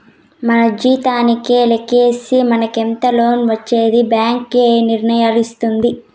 మన జీతానికే లెక్కేసి మనకెంత లోన్ ఇచ్చేది బ్యాంక్ ఏ నిర్ణయిస్తుంది